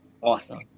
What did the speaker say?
Awesome